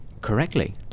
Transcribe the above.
correctly